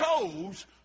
chose